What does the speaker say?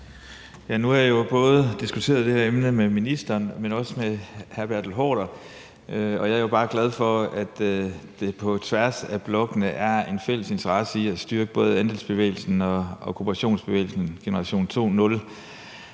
Nu har jeg jo både diskuteret det her emne med ministeren, men også med hr. Bertel Haarder, og jeg er bare glad for, at der på tværs af blokkene er en fælles interesse i at styrke både andelsbevægelsen og kooperationsbevægelsen generation 2.0.